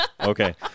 Okay